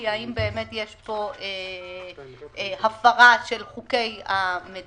והאם באמת יש פה הפרה של חוקי המדינה,